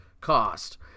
cost